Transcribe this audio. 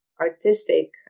artistic